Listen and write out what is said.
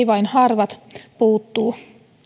vain harvat puuttuu